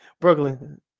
Brooklyn